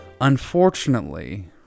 Unfortunately